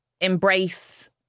embrace